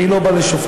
אני לא בא לשופטים,